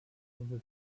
over